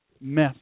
mess